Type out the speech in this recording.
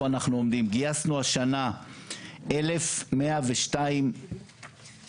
אנחנו עומדים: גייסנו השנה 1,102 שוטרים,